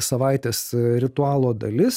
savaitės ritualo dalis